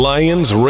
Lions